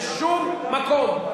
בשום מקום,